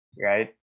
right